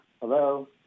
Hello